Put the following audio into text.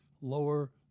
lower